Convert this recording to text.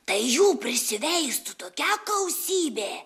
tai jų prisiveistų tokia gausybė